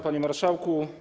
Panie Marszałku!